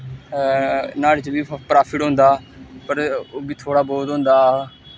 नुआढ़े च बी प्राफिट होंदा पर ओह् बी थोह्ड़ा बोह्त होंदा